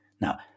Now